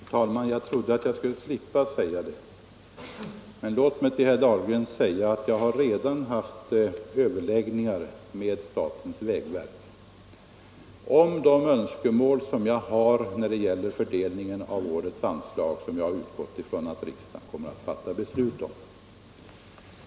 Herr talman! Jag trodde att jag skulle slippa säga det men jag tvingas att göra det. Jag har, herr Dahlgren, redan haft överläggningar med statens vägverk om de önskemål som jag har när det gäller fördelningen av årets anslag, som jag har utgått från att riksdagen kommer att fatta beslut om.